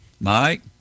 mike